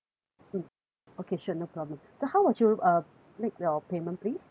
mm okay sure no problem so how would you uh make your payment please